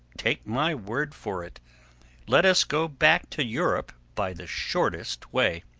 take my word for it let us go back to europe by the shortest way.